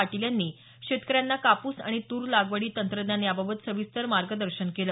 पाटील यांनी शेतकऱ्यांना कापूस आणि तूर लागवडी तंत्रज्ञान याबाबत सविस्तर मार्गदर्शन केलं